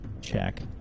check